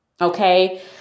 Okay